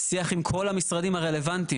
שיח עם כל המשרדים הרלוונטיים.